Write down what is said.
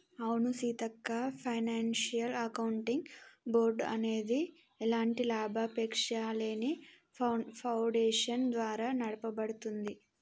అవును Seethakka financial accounting board అనేది ఎలాంటి లాభాపేక్షలేని ఫాడేషన్ ద్వారా నడపబడుతుంది